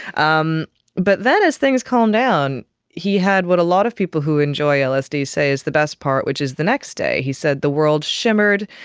um but then as things calmed down he had what a lot of people who enjoy lsd say is the best part which is the next day. he said the world shimmered,